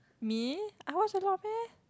me I lost a lot meh